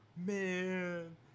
Man